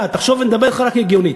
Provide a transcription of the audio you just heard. תחשוב, ואני מדבר אתך רק הגיונית,